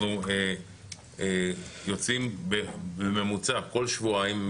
אנחנו יוצאים בממוצע כל שבועיים,